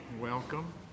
welcome